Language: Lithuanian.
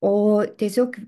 o tiesiog